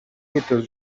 mwitozo